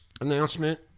announcement